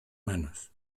manos